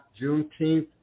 Juneteenth